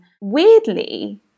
weirdly